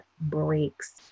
breaks